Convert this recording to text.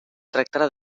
tractada